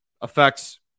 affects